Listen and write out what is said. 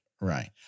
Right